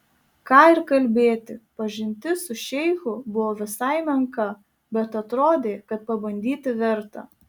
ką ir kalbėti pažintis su šeichu buvo visai menka bet atrodė kad pabandyti verta